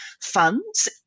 funds